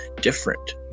different